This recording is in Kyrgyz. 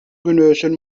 күнөөсүн